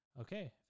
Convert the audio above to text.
Okay